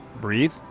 Breathe